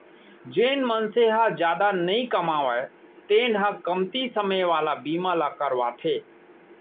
जेन मनसे ह जादा नइ कमावय तेन ह कमती समे वाला बीमा ल करवाथे